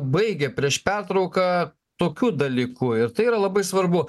baigia prieš pertrauką tokiu dalyku ir tai yra labai svarbu